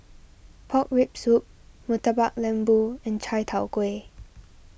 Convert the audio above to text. Pork Rib Soup Murtabak Lembu and Chai Tow Kuay